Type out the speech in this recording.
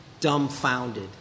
dumbfounded